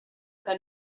que